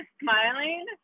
smiling